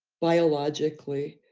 biologically,